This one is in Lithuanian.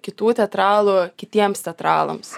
kitų teatralų kitiems teatralams